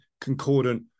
concordant